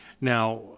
Now